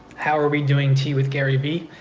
how are we doing tea with garyvee?